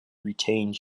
retained